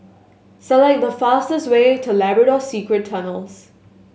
select the fastest way to Labrador Secret Tunnels